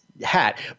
hat